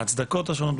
ההצדקות השונות,